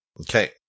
Okay